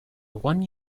one